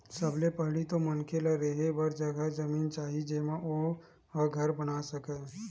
सबले पहिली तो मनखे ल रेहे बर जघा जमीन चाही जेमा ओ ह घर बना सकय